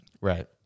Right